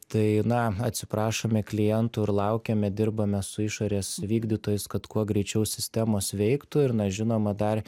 tai na atsiprašome klientų ir laukiame dirbame su išorės vykdytojais kad kuo greičiau sistemos veiktų ir na žinoma dar